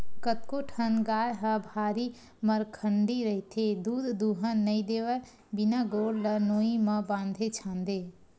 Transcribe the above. कतको ठन गाय ह भारी मरखंडी रहिथे दूद दूहन नइ देवय बिना गोड़ ल नोई म बांधे छांदे